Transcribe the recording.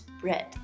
bread